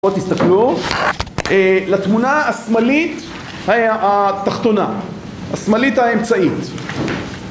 תסתכלו, לתמונה השמאלית התחתונה, השמאלית האמצעית